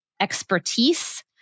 expertise